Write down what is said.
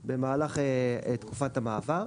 במהלך תקופת המעבר.